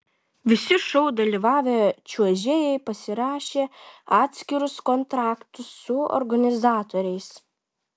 visi šou dalyvavę čiuožėjai pasirašė atskirus kontraktus su organizatoriais